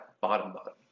bottom-bottom